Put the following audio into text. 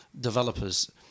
developers